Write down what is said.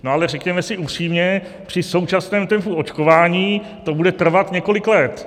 No ale řekněme si upřímně, při současném tempu očkování to bude trvat několik let.